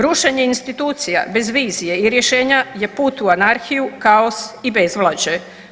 Rušenje institucija bez vizija i rješenja je put u anarhiju, kaos i bezvlađe.